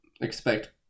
expect